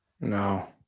No